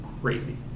crazy